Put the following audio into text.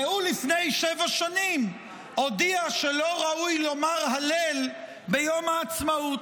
והוא לפני שבע שנים הודיע שלא ראוי לומר הלל ביום העצמאות?